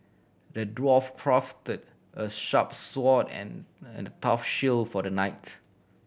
the dwarf crafted a sharp sword and and a tough shield for the knights